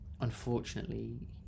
unfortunately